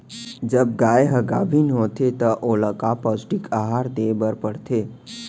जब गाय ह गाभिन होथे त ओला का पौष्टिक आहार दे बर पढ़थे?